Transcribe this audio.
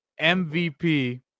MVP